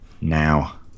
now